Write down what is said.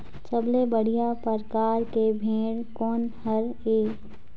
सबले बढ़िया परकार के भेड़ कोन हर ये?